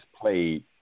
played